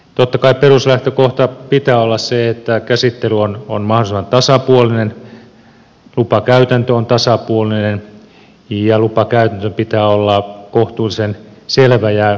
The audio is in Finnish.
totta kai peruslähtökohdan pitää olla se että käsittely on mahdollisimman tasapuolinen lupakäytäntö on tasapuolinen ja lupakäytännön pitää olla kohtuullisen selvä ja yksinkertainen